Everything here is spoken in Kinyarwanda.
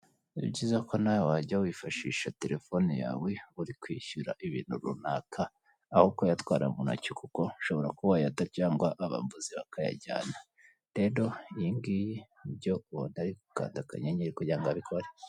Ni byiza ko nawe wajya wifashisha terefone yawe uri kwishyura ibintu runaka aho kuyatwara mu ntoki kuko ushobora kuba wayata cyangwa abambuzi bakayajyana. Rero iyi ngiyi ni byo ubona ari gukanda akanyenyeri kugira ngo abikore.